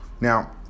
Now